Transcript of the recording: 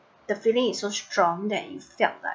the feeling is so strong that you felt like